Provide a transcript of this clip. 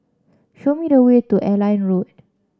show me the way to Airline Road